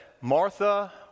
Martha